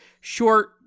short